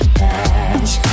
patch